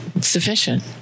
sufficient